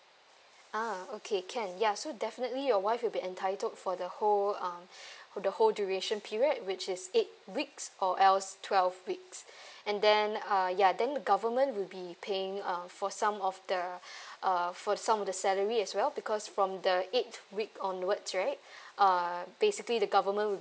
ah okay can ya so definitely your wife will be entitled for the whole um the whole duration period which is eight weeks or else twelve weeks and then uh ya then the government will be paying um for some of the uh for some of the salary as well because from the eighth week onwards right uh basically the government will be